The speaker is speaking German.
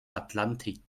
atlantik